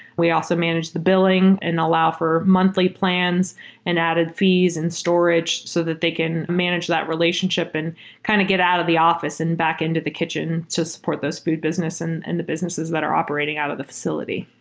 we also manage the billing and allow for monthly plans and added fees in storage so that they can manage that relationship and kind of get out of the office and back into the kitchen to support those food business and and the businesses that are operating out of the facility.